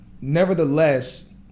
Nevertheless